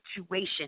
situation